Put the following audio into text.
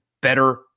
better